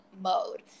mode